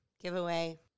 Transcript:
giveaway